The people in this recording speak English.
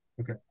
Okay